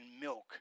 milk